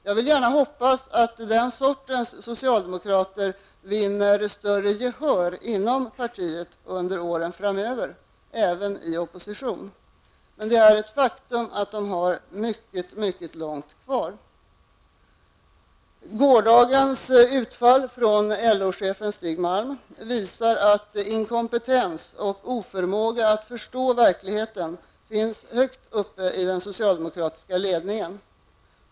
Jag vill gärna hoppas att den sortens socialdemokrater vinner större gehör inom partiet under åren framöver, även i opposition. Men det är ett faktum att de ännu har mycket långt kvar. Gårdagens utfall från LO-chefen Stig Malm visar att inkompetens och oförmåga att förstå verkligheten finns högt upp i den socialdemokratiska ledningen.